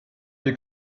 wie